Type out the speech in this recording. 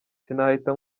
sinahita